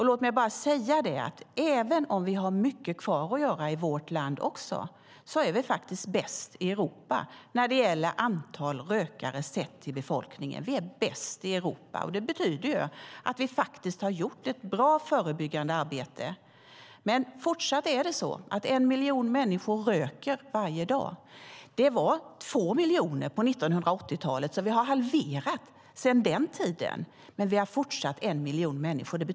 Låt mig bara säga att även om vi har mycket kvar att göra i vårt land är vi bäst i Europa när det gäller antal rökare sett till befolkningen. Vi är bäst i Europa, och det betyder att vi har gjort ett bra förebyggande arbete. Men fortsatt är det så att en miljon människor röker varje dag. Det var två miljoner på 1980-talet, så vi har halverat antalet sedan den tiden. Men vi har fortsatt en miljon människor som röker.